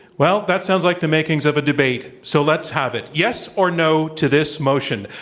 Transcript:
well, that sounds like the makings of a debate. so let's have it, yes, or, no, to this motion,